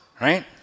right